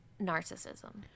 Narcissism